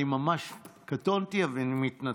ממש קטונתי, ואני מתנצל.